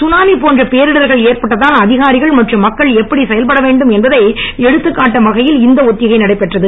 tsunami போன்ற பேரிடர்கள் ஏற்பட்டால் அதிகாரிகள் மற்றும் மக்கள் எப்படி செயல்பட வேண்டும் என்பதை எடுத்துக் காட்டும் வகையில் இந்த ஒத்திகை நடைபெற்றது